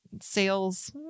sales